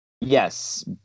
Yes